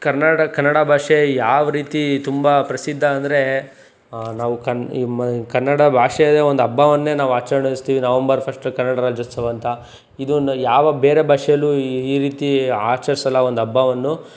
ಕರ್ನಾಟಕ ಕನ್ನಡ ಭಾಷೆ ಯಾವ ರೀತಿ ತುಂಬ ಪ್ರಸಿದ್ಧ ಅಂದರೆ ನಾವು ಕನ್ ಕನ್ನಡ ಭಾಷೆ ಒಂದು ಹಬ್ಬವನ್ನೇ ನಾವು ಆಚರಿಸ್ತೀವಿ ನವಂಬರ್ ಫಸ್ಟು ಕನ್ನಡ ರಾಜೈೋತ್ಸವ ಅಂತ ಇದನ್ನು ಯಾವ ಬೇರೆ ಭಾಷೇಲೂ ಈ ರೀತಿ ಆಚರಿಸಲ್ಲ ಒಂದು ಹಬ್ಬವನ್ನು